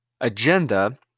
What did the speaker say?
agenda